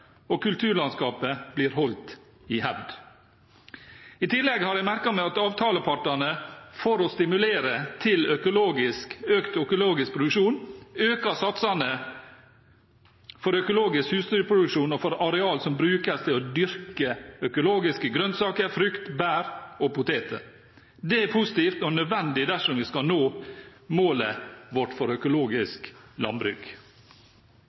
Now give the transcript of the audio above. at kulturlandskapet blir holdt i hevd. I tillegg har jeg merket meg at avtalepartene, for å stimulere til økt økologisk produksjon, øker satsene for økologisk husdyrproduksjon og for arealer som brukes til å dyrke økologiske grønnsaker, frukt, bær og poteter. Det er positivt og nødvendig dersom vi skal nå målet vårt for økologisk landbruk.